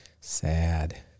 Sad